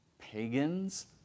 pagans